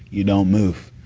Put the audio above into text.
you don't move,